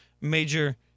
major